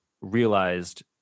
realized